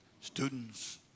students